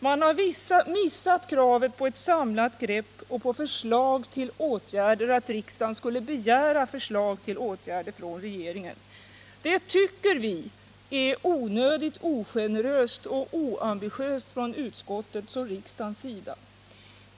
Man har missat kravet på ett samlat grepp om dessa frågor och kravet på att riksdagen skulle begära förslag till åtgärder från regeringen. Det tycker vi är onödigt ogeneröst och oambitiöst från utskottets och riksdagens sida.